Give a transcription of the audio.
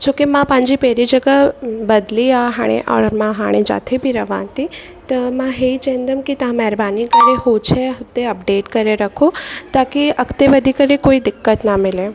छोकी मां पंहिंजी पहिरीं जॻह बदली आहे हाणे औरि मां हाणे जिते बि रहां थी त मां इहो ई चवंदमि की तव्हां महिरबानी करे उहा शइ हुते अपडेट करे रखो ताकी अॻिते वधी करे कोई दिक़त न मिले